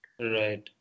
Right